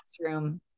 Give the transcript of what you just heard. classroom